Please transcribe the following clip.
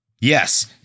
Yes